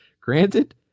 Granted